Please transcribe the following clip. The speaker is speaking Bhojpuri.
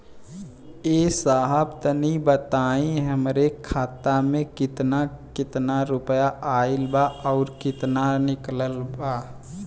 ए साहब तनि बताई हमरे खाता मे कितना केतना रुपया आईल बा अउर कितना निकलल बा?